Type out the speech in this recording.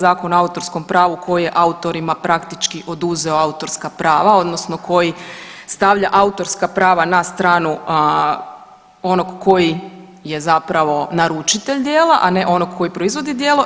Zakon o autorskom pravu koji je autorima praktički oduzeo autorska prava odnosno koji stavlja autorska prava na stranu onog koji je zapravo naručitelj djela, a ne onog koji proizvodi djelo.